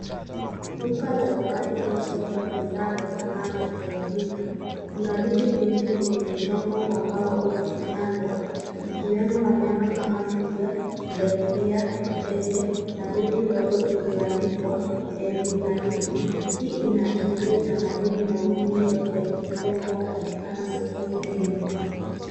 Duka la zawadi au soko la bidhaa za sanaa za kiafrika. Kuna vitu vingi vilivyochongwa kwa mbao au kufinyangwa, vikiwemo wanyama kama twiga, punda milia, ndege, na boti ndogo iliyoandikwa, MV Malindi. Hii inaashiria utamaduni na ufundi wa kiafrika unaopatikana sokoni Nairobi.